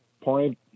point